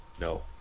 No